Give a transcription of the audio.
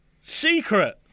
Secret